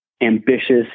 ambitious